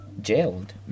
jailed